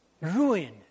ruined